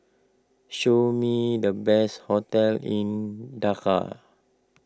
show me the best hotels in Dhaka